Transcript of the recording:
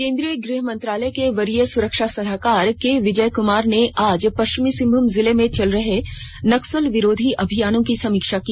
केंद्रीय गृह मंत्रालय के वरीय सुरक्षा सलाहकार के विजय कुमार ने आज पश्चिमी सिंहभूम जिले में चल रहे नक्सल विरोधी अभियानों की समीक्षा की